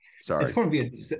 Sorry